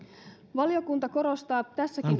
valiokunta korostaa tässäkin